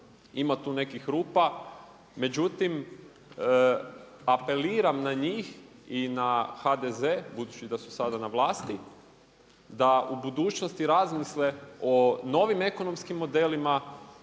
ima tu nekih rupa. Međutim, apeliram na njih i na HDZ budući da su sada na vlasti, da u budućnosti razmisle o novim ekonomskim modelima